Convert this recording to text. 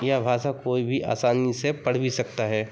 यह भाषा कोई भी आसानी से पढ़ भी सकता है